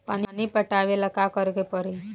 पानी पटावेला का करे के परी?